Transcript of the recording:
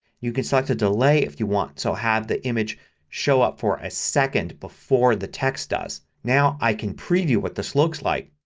you can select a delay if you want so have the image show up for a second before the text does. now i can preview what this looks like.